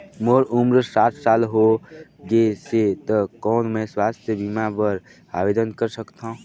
मोर उम्र साठ साल हो गे से त कौन मैं स्वास्थ बीमा बर आवेदन कर सकथव?